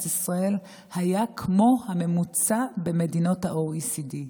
ישראל היה כמו הממוצע במדינות ה-OECD.